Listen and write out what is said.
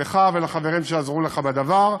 לך ולחברים שעזרו לך בדבר.